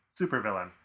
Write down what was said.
supervillain